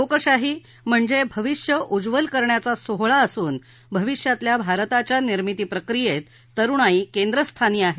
लोकशाही म्हणजे भविष्य उज्वल करण्याचा सोहळा असून भविष्यातल्या भारताच्या निर्मिती प्रक्रियेत तरुणाई केंद्रस्थानी आहे